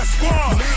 Squad